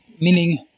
meaning